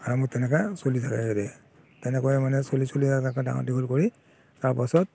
আৰামত তেনেকুৱা চলি থাকে হেৰি তেনেকৈ মনে চলি চলি আৰুে এনেকৈ ডাঙৰ দীঘল কৰি তাৰপাছত